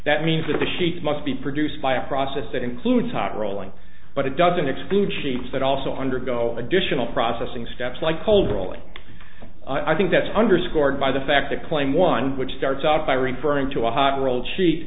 that means that the sheets must be produced by a process that includes hot rolling but it doesn't exclude sheets that also undergo additional processing steps like cold rolling i think that's underscored by the fact that claim one which starts out by referring to a hot roll